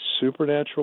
supernatural